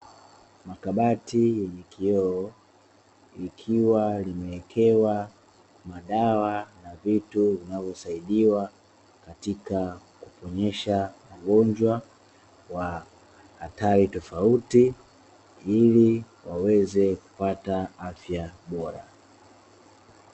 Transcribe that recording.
Makabati yenye kioo ikiwa limewekewa madawa na vitu vinavyosaidiwa katika kuponyesha wagonjwa wa hatari tofauti ili waweze kupata afya bora.